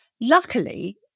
luckily